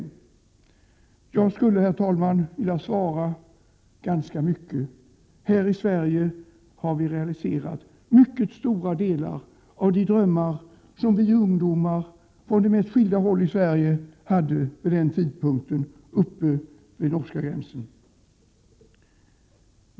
På den frågan skulle jag, herr talman, vilja svara: ganska mycket. Här i Sverige har vi realiserat många av de drömmar som vi ungdomar från de mest skilda håll i Sverige hade vid den tidpunkten uppe vid norska gränsen.